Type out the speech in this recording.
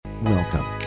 Welcome